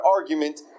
argument